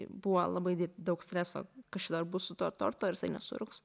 buvo labai daug streso kas čia dabar bus su tuo tortu ar jisai nesurūgs